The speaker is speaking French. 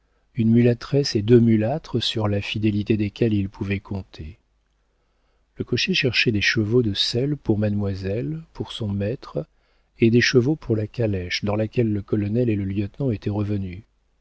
une mulâtresse et deux mulâtres sur la fidélité desquels il pouvait compter le cocher cherchait des chevaux de selle pour mademoiselle pour son maître et des chevaux pour la calèche dans laquelle le colonel et le lieutenant étaient revenus